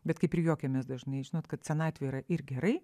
bet kaip ir juokiamės dažnai žinot kad senatvė yra ir gerai